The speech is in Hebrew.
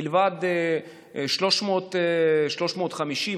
מלבד 350,